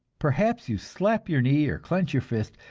perhaps you slap your knee or clench your fist.